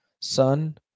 Son